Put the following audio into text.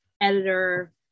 editor